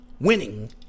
winning